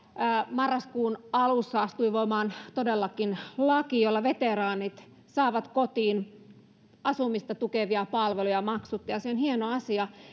marraskuun alussa astui voimaan todellakin laki jolla veteraanit saavat kotiin asumista tukevia palveluja maksutta ja se on hieno asia